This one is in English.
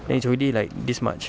it's already like this much